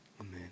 Amen